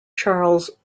charles